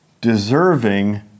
deserving